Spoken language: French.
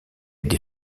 des